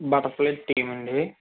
butter fly theme అండీ